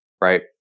right